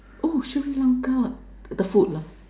oh Sri-Lanka the food lah